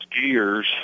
gears